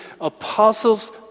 apostles